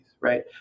right